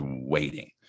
waiting